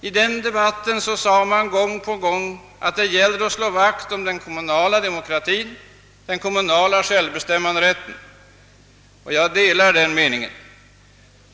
I denna debatt sades det gång på gång, att det gäller att slå vakt om den kommunala demokratin och den kommunala självbestämmanderätten. Jag delar denna uppfattning.